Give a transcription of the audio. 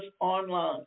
online